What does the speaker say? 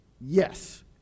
Yes